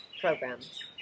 programs